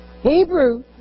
Hebrew